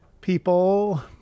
people